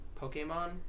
Pokemon